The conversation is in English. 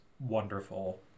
Wonderful